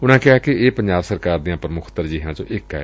ਉਨੂਂ ਕਿਹਾ ਕਿ ਇਹ ਪੰਜਾਬ ਸਰਕਾਰ ਦੀਆਂ ਪ੍ਰਮੁੱਖ ਤਰਜੀਹਾਂ ਚੋਂ ਇਕ ਏ